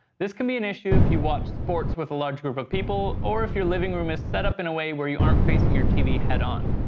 this can be an issue if you watch sports with a large group of people, or if your living room is setup in a way to you aren't facing your tv head on.